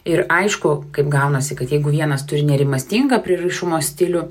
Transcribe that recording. ir aišku kaip gaunasi kad jeigu vienas turi nerimastingą prieraišumo stilių